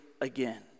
again